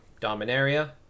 dominaria